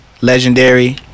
Legendary